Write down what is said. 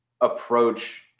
approach